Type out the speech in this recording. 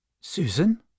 Susan